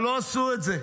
אבל לא עשו את זה,